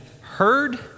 heard